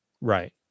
Right